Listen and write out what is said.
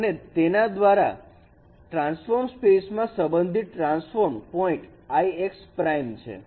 અને તેના transform space માં સંબંધીત transform point i x prime છે